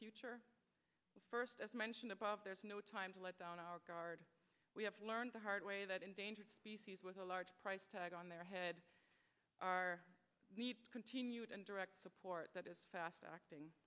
future first as mentioned above there is no time to let down our guard we have learned the hard way that endangered species with a large price tag on their head are continued and direct support that is fast acting